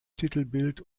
titelbild